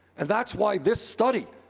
and that's why this study,